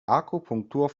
akupunktur